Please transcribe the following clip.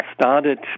started